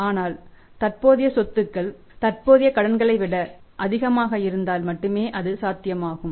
ஆனால் தற்போதைய சொத்துக்கள் தற்போதைய கடன்களை விட அதிகமாக இருந்தால் மட்டுமே அது சாத்தியமாகும்